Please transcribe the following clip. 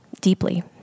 deeply